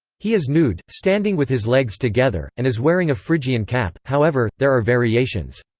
he is nude, standing with his legs together, and is wearing a phrygian cap however, there are variations.